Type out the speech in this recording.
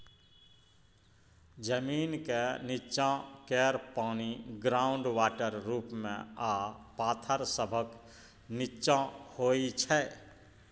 जमीनक नींच्चाँ केर पानि ग्राउंड वाटर रुप मे आ पाथर सभक नींच्चाँ होइ छै